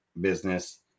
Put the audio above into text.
business